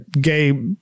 gay